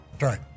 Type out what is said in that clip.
right